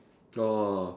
orh